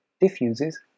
diffuses